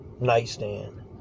Nightstand